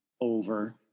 over